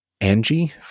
Angie